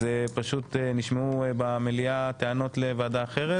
פשוט נשמעו במליאה טענות לוועדה אחרת.